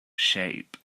shape